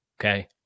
Okay